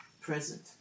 present